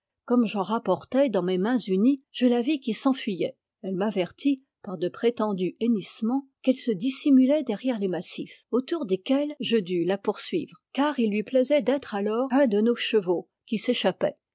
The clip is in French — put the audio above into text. comme j'en rapportais dans mes mains unies je la vis qui s'enfuyait elle m'avertit par de prétendus hennissements qu'elle se dissimulait derrière les massifs autour desquels je dus la poursuivre car il lui plaisait d'être alors un de nos chevaux qui s'échappaient